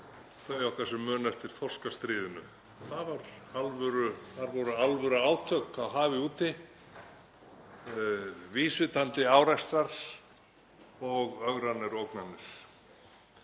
þau okkar sem munum eftir þorskastríðinu. Það voru alvöruátök á hafi úti, vísvitandi árekstrar og ögranir og ógnanir.